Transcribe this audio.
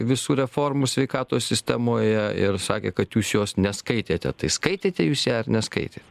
visų reformų sveikatos sistemoje ir sakė kad jūs jos neskaitėte tai skaitėte jūs ją ar neskaitėt